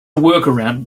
workaround